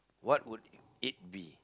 what would it be